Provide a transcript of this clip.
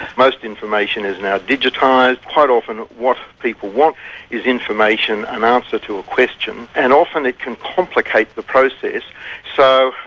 most information is now digitised, quite often what people want is information, an answer to a question, and often it can complicate the process so,